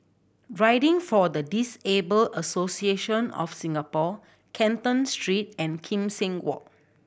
Riding for the Disabled Association of Singapore Canton Street and Kim Seng Walk